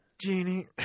Genie